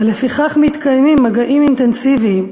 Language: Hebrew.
ולפיכך מתקיימים מגעים אינטנסיביים,